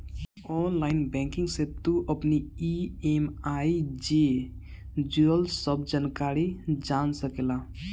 online banking से तू अपनी इ.एम.आई जे जुड़ल सब जानकारी जान सकेला